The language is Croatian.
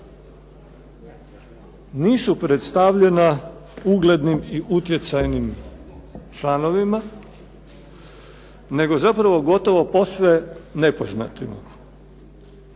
nisu predstavljena uglednim i utjecajnim članovima, nego zapravo gotovo posve nepoznatima.